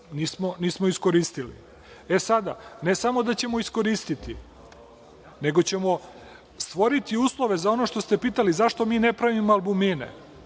nismo iskoristili. Sada ne samo da ćemo iskoristiti, nego ćemo stvoriti uslove za ono što ste pitali – zašto mi ne pravimo albumine,